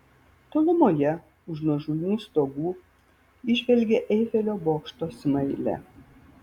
tolumoje už nuožulnių stogų įžvelgė eifelio bokšto smailę